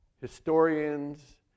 historians